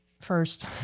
first